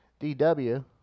DW